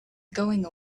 going